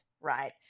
right